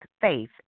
faith